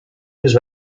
his